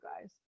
guys